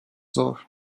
zor